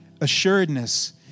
assuredness